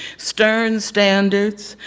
stern standards,